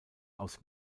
aus